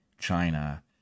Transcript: china